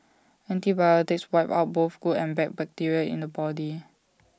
antibiotics wipe out both good and bad bacteria in the body